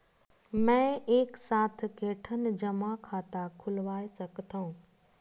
मैं एक साथ के ठन जमा खाता खुलवाय सकथव?